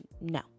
No